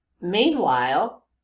Meanwhile